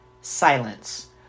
silence